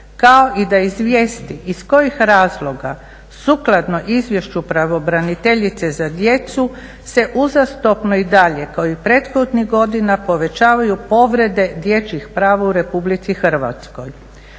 kao i da izvijesti iz kojih razloga sukladno izvješću pravobraniteljice za djecu se uzastopno i dalje kao i prethodnih godina povećavaju povrede dječjih prava u RH.